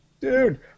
Dude